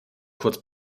kurz